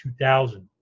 2000